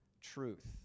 truth